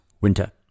winter